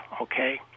okay